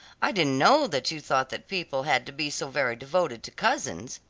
i didn't know that you thought that people had to be so very devoted to cousins.